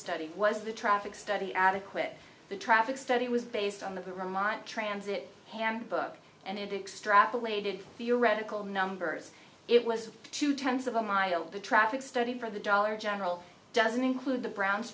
study was the traffic study adequate the traffic study was based on the mine transit handbook and extract related theoretical numbers it was two tenths of a mile the traffic study for the dollar general doesn't include the browns